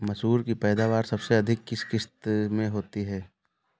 मसूर की पैदावार सबसे अधिक किस किश्त में होती है?